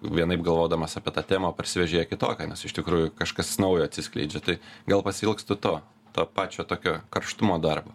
vienaip galvodamas apie tą temą o parsiveži ją kitokią nes iš tikrųjų kažkas naujo atsiskleidžia tai gal pasiilgstu to to pačio tokio karštumo darbo